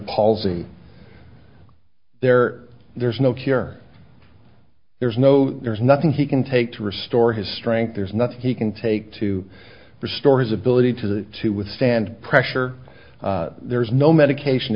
palsy there there's no cure there's no there's nothing he can take to restore his strength there's nothing he can take to restore his ability to to withstand pressure there's no medication